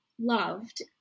loved